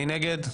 מי נגד?